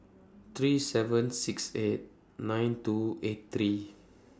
three seven six eight nine two eight three